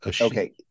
Okay